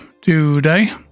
today